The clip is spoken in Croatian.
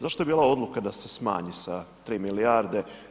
Zašto je bila odluka da se smanji sa 3 milijarde?